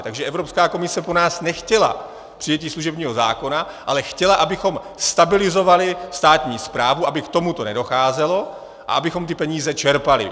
Takže Evropská komise po nás nechtěla přijetí služebního zákona, ale chtěla, abychom stabilizovali státní správu, aby k tomuto nedocházelo a abychom ty peníze čerpali.